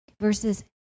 Verses